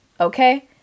Okay